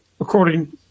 according